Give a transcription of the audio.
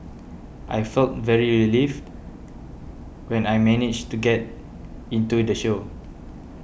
I felt very relieved when I managed to get into the show